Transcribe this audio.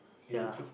ya